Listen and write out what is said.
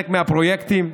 מהפרויקטים,